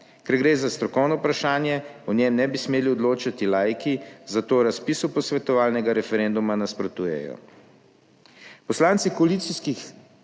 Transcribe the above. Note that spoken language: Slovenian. Ker gre za strokovno vprašanje, o njem ne bi smeli odločati laiki zato razpisu posvetovalnega referenduma nasprotujejo.